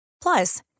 Plus